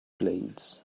blades